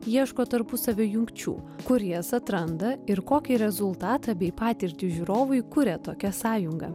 ieško tarpusavio jungčių kur jas atranda ir kokį rezultatą bei patirtį žiūrovui kuria tokia sąjunga